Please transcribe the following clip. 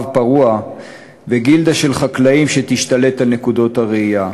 פרוע וגילדה של חקלאים שתשלט על נקודות הרעייה.